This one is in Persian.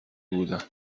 بودن